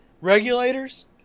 regulators